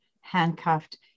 handcuffed